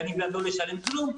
כי אני בעד לא לשלם כלום,